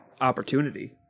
opportunity